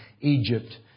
Egypt